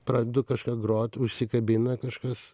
pradedu kažką grot užsikabina kažkas